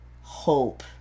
hope